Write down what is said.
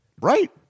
right